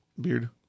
Beard